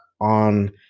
on